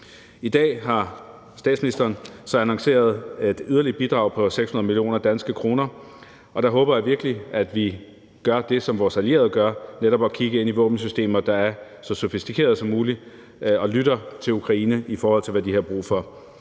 I dag har statsministeren så annonceret et yderligere bidrag på 600 mio. kr., og der håber jeg virkelig, at vi gør det, som vores allierede gør, netop kigger mod våbensystemer, der er så sofistikerede som muligt, og lytter til Ukraine, i forhold til hvad de har brug for.